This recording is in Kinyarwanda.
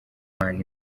imana